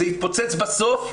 וזה התפוצץ בסוף.